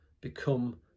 become